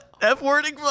f-wording